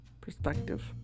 perspective